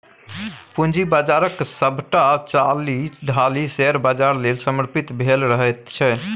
पूंजी बाजारक सभटा चालि ढालि शेयर बाजार लेल समर्पित भेल रहैत छै